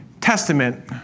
Testament